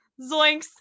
Zoinks